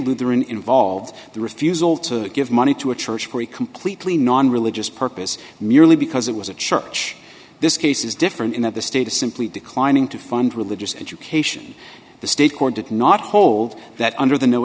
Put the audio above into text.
lutheran involved the refusal to give money to a church for a completely non religious purpose merely because it was a church this case is different in that the state is simply declining to fund religious education the state court did not hold that under the n